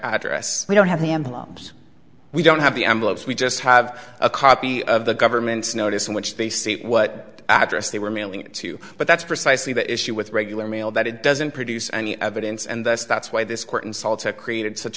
address we don't have the emblems we don't have the envelopes we just have a copy of the government's notice in which they say what address they were mailing to but that's precisely the issue with regular mail that it doesn't produce any evidence and that's that's why this court insults have created such